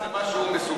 אתה נכנס למשהו מסוכן,